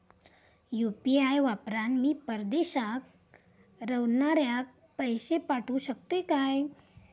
UPI वापरान मी परदेशाक रव्हनाऱ्याक पैशे पाठवु शकतय काय?